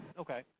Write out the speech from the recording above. okay